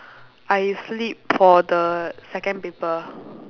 I sleep for the second paper